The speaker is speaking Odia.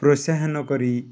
ପ୍ରୋତ୍ସାହନ କରି